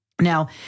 Now